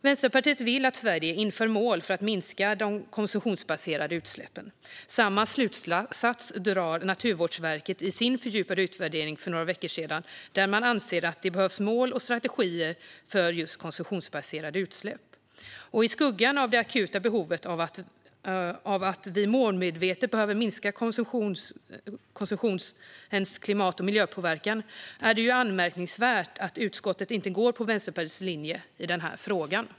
Vänsterpartiet vill att Sverige inför mål för att minska de konsumtionsbaserade utsläppen. Samma slutsats drar Naturvårdsverket i sin fördjupade utvärdering för några veckor sedan, där man anser att det behövs mål och strategier för just konsumtionsbaserade utsläpp. I skuggan av det akuta behovet av att målmedvetet minska konsumtionens klimat och miljöpåverkan är det anmärkningsvärt att utskottet inte går på Vänsterpartiets linje i den här frågan.